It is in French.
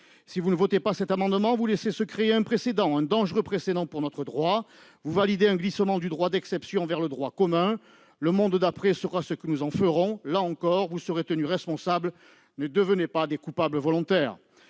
Si vous ne votez pas cet amendement, vous laissez se créer un dangereux précédent pour notre droit. Vous validez un glissement du droit d'exception vers le droit commun. Le monde d'après sera ce que nous en ferons. Là encore, vous serez tenus responsables : ne devenez pas des coupables volontaires